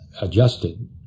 adjusted